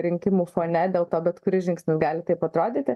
rinkimų fone dėl to bet kuris žingsnis gali taip atrodyti